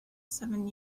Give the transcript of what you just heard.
seven